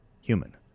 Human